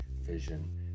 vision